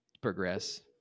progress